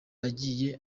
yagiye